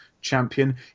champion